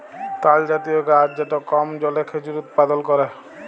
তালজাতীয় গাহাচ যেট কম জলে খেজুর উৎপাদল ক্যরে